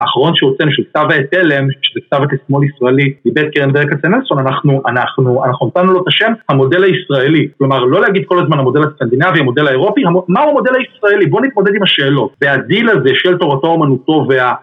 האחרון שהוצאנו שהוא כתב העט תלם, שזה כתב עת מבית קרן ברל כצנלסון, אנחנו נותנו לו את השם המודל הישראלי. כלומר, לא להגיד כל הזמן המודל הסקנדינבי, המודל האירופי, מהו המודל הישראלי? בואו נתמודד עם השאלות. והדיל הזה של תורתו האומנותו וה...